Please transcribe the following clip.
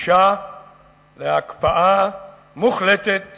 דרישה להקפאה מוחלטת